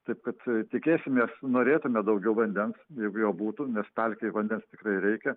taip kad tikėsimės norėtume daugiau vandens jeigu jo būtų nes pelkei vandens tikrai reikia